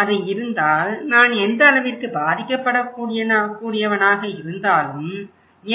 அது இருந்தால் நான் எந்த அளவிற்கு பாதிக்கப்படக்கூடியவனாக இருந்தாலும்